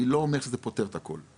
אני לא אומר שזה פותר את הכל,